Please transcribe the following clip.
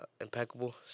impeccable